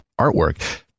artwork